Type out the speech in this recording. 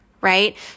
right